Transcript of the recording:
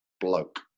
bloke